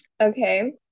Okay